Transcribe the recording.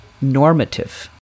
normative